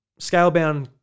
Scalebound